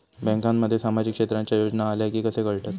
बँकांमध्ये सामाजिक क्षेत्रांच्या योजना आल्या की कसे कळतत?